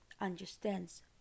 understands